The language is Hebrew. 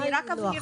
אני רק אבהיר,